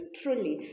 truly